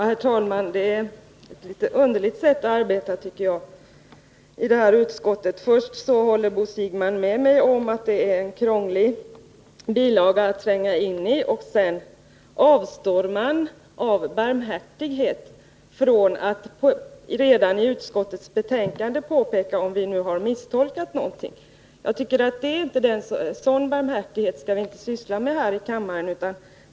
Herr talman! Man har ett litet underligt sätt att arbeta, tycker jag, i finansutskottet. Först håller Bo Siegbahn med mig om att detta är en krånglig bilaga att tränga in i, och sedan förklarar han att man av barmhärtighet har avstått från att redan i utskottets betänkande påpeka att vi har missförstått någonting. Jag anser att sådan barmhärtighet skall vi inte syssla med här i kammaren.